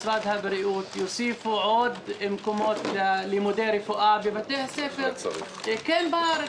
שמשרד הבריאות יוסיפו עוד מקומות ללימודי רפואה בבתי הספר כי אין בארץ.